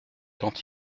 quand